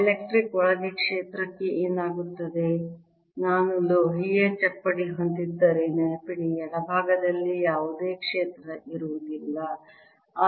dielectric ಒಳಗೆ ಕ್ಷೇತ್ರಕ್ಕೆ ಏನಾಗುತ್ತದೆ ನಾನು ಲೋಹೀಯ ಚಪ್ಪಡಿ ಹೊಂದಿದ್ದರೆ ನೆನಪಿಡಿ ಎಡಭಾಗದಲ್ಲಿ ಯಾವುದೇ ಕ್ಷೇತ್ರ ಇರುವುದಿಲ್ಲ